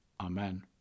Amen